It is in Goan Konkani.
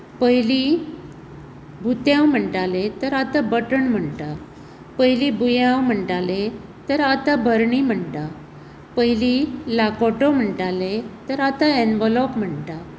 पयलीं बुतांव म्हणटाले तर आतां बटन म्हणटात बयलीं बुयांव म्हणटाले तर आतां भरणी म्हणटात पयलीं लाखाटो म्हणटाले तर आतां एनवलॉप म्हणटात